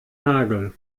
nagel